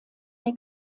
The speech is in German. der